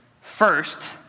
First